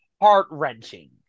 heart-wrenching